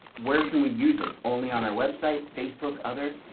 where can we use it only on our website, facebook, other.